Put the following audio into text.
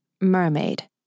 Mermaid